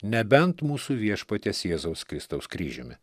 nebent mūsų viešpaties jėzaus kristaus kryžiumi